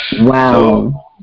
Wow